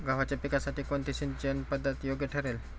गव्हाच्या पिकासाठी कोणती सिंचन पद्धत योग्य ठरेल?